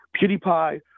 pewdiepie